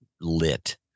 lit